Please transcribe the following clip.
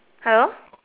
hello